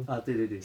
ah 对对对